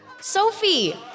Sophie